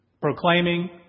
proclaiming